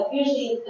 usually